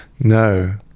No